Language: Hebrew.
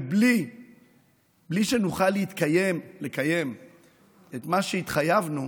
בלי שנוכל לקיים את מה שהתחייבנו,